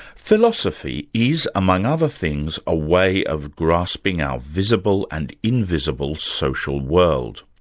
philosophy is, among other things, a way of grasping our visible and invisible social world.